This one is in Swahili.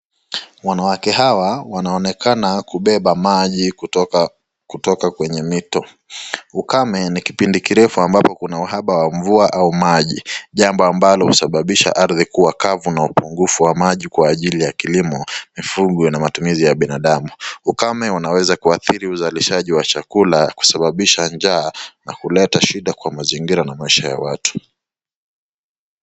Wanawake hawa wanaonekana kubeba maji kutoka kwenye mito. Ukame ni kipindi kirefu ambapo kuna uhaba wa mvua au maji, jambo ambalo husababisha ardhi kuwa kavu na upungufu wa maji kwa ajili ya kilimo, mifugo na matumizi ya binadamu. Ukame unaweza kuadhiri uzalishaji wa chakula, kusababisha njaa, na kuleta shida kwa mazingira na maisha ya watu.